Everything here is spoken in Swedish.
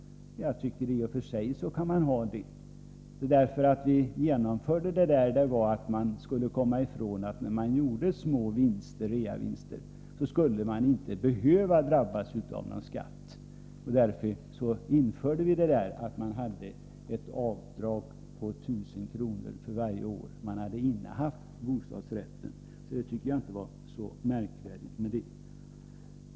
Jag tycker att man i och för sig kan ha ett sådant avdrag. Vi införde detta avdrag på 1 000 kr. för varje år som man hade innehaft bostadsrätten för att man inte skulle drabbas av någon skatt när man gjorde en liten reavinst. Jag tycker inte att det var något märkvärdigt med det.